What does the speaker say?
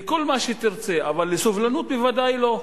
לכל מה שתרצה, אבל לסובלנות בוודאי לא.